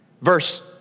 Verse